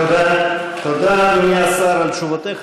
תודה, אדוני השר, על תשובותיך.